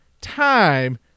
time